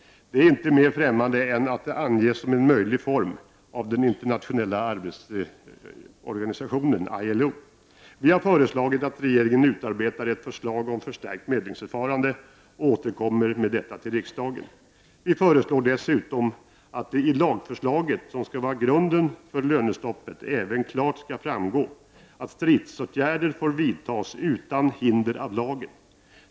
Det är inte mer ffrämmande än att det anges som en möjlig form av den internationella arbetsorganisationen ILO. Vi har föreslagit att regeringen utarbetar ett förslag om förstärkt medlingsförfarande och återkommer med detta till riksdagen. Vi föreslår dessutom att det i lagförslaget, som skall vara grunden för lönestoppet, även klart skall framgå att stridsåtgärder får vidtas utan hinder av lagen.